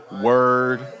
word